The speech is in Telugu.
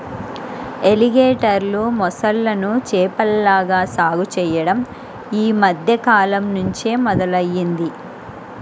ఎలిగేటర్లు, మొసళ్ళను చేపల్లాగా సాగు చెయ్యడం యీ మద్దె కాలంనుంచే మొదలయ్యింది